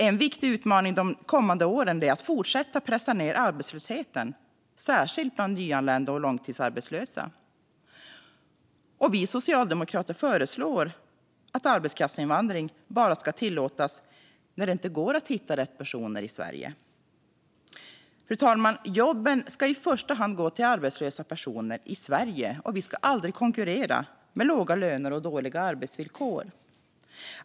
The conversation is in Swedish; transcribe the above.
En viktig utmaning de kommande åren är att fortsätta pressa ned arbetslösheten, särskilt bland nyanlända och långtidsarbetslösa, och vi socialdemokrater föreslår att arbetskraftsinvandring bara ska tillåtas när det inte går att hitta rätt personer i Sverige. Fru talman! Jobben ska i första hand gå till arbetslösa personer i Sverige, och vi ska aldrig konkurrera med låga löner och dåliga arbetsvillkor.